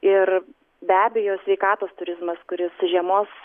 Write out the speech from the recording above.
ir be abejo sveikatos turizmas kuris žiemos